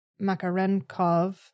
Makarenkov